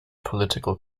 political